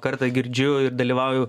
kartą girdžiu ir dalyvauju